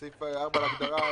בסעיף 4 להגדרה,